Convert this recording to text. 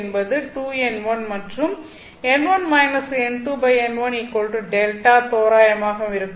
என்பது 2n1 மற்றும் தோராயமாக இருக்கும்